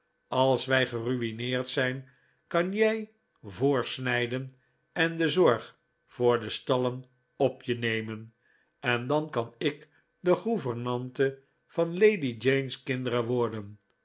als wij geru'meerd zijn kan jij voorsnijden en de zorg voor de stallen op je nemen en dan kan ik de gouvernante van lady jane's kjnderen worden